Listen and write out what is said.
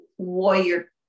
warrior